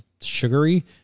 sugary